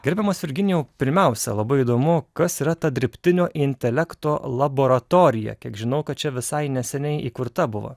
gerbiamas virginijau pirmiausia labai įdomu kas yra ta dirbtinio intelekto laboratorija kiek žinau kad čia visai neseniai įkurta buvo